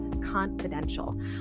confidential